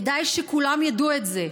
כדאי שכולם ידעו את זה.